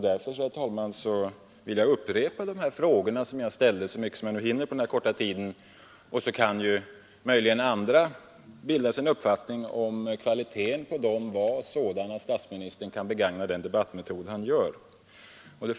Därför, herr talman, vill jag upprepa de frågor som jag ställde — så mycket som jag nu hinner på den här korta tiden — och så kan ju möjligen andra bilda sig en uppfattning om huruvida kvaliteten på dem var sådan att statsministern kan begagna den debattmetod han använder.